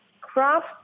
craft